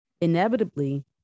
Inevitably